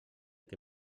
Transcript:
que